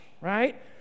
right